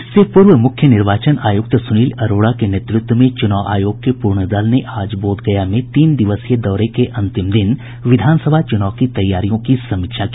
इससे पूर्व मुख्य निर्वाचन आयुक्त सुनील अरोड़ा के नेतृत्व में चुनाव आयोग के पूर्ण दल ने आज बोध गया में तीन दिवसीय दौरे के अंतिम दिन विधानसभा चुनाव की तैयारियों की समीक्षा की